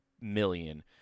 million